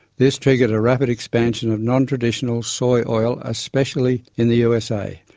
this triggered a rapid expansion of non-traditional soy oil, especially in the usa.